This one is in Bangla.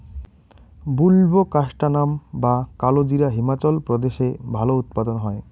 বুলবোকাস্ট্যানাম বা কালোজিরা হিমাচল প্রদেশে ভালো উৎপাদন হয়